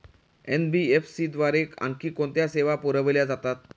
NBFC द्वारे आणखी कोणत्या सेवा पुरविल्या जातात?